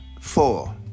four